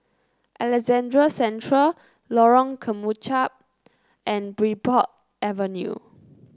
Alexandra Central Lorong Kemunchup and Bridport Avenue